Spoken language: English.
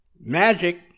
Magic